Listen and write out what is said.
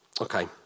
Okay